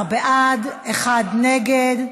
12 בעד, אחד נגד.